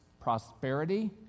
prosperity